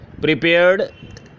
prepared